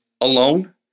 alone